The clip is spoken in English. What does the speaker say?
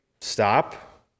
stop